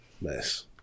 Nice